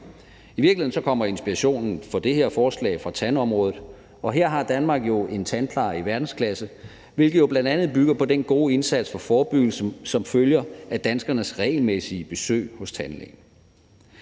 I virkeligheden kommer inspirationen til det her forslag fra tandområdet. Danmark har jo en tandpleje i verdensklasse, hvilket jo bl.a. bygger på den gode indsats for forebyggelse, som følger af danskernes regelmæssige besøg hos tandlægen.